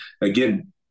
again